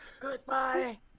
Goodbye